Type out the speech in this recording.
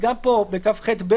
ולהם בלבד,